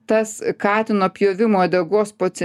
tas katino pjovimo uodegos po cent